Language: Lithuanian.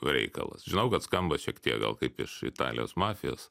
reikalas žinau kad skamba šiek tiek gal kaip iš italijos mafijos